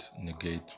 negate